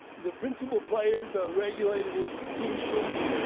the principal players are regulated institutions,